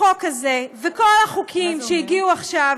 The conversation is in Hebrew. החוק הזה, וכל החוקים שהגיעו עכשיו,